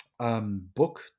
Book